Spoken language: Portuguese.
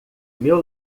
meu